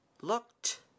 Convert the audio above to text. looked